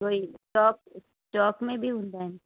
उहो ई चौक चौक में बि हूंदा आहिनि